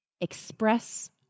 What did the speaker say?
express